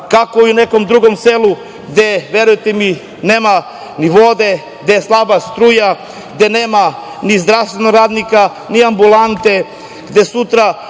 kako je u nekom drugom selu, gde, verujte mi, nema ni vode, gde je slaba struja, gde nema ni zdravstvenog radnika, ni ambulante, gde sutra